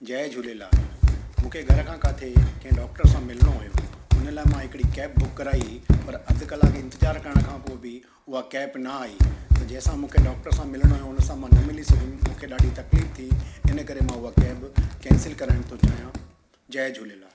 जय झूलेलाल मूंखे घर खां किथे कंहिं डॉक्टर सां मिलणो हुओ उन लाइ मां हिकिड़ी कैब बुक कराई हुई पर अधु कलाकु इंतिज़ारु करण खां पोइ बि उहा कैब न आई त जंहिंसां मूंखे डॉक्टर सां मिलणो हुओ उनसां मां मिली सघियुमि मूंखे ॾाढी तकलीफ़ थी इन करे मां उहा कैब कैंसिल करणु थो चाहियां जय झूलेलाल